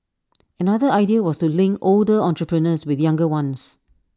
another idea was to link older entrepreneurs with younger ones